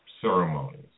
ceremonies